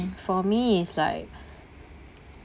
for me is like